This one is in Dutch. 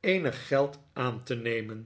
eenig geld aan te nemen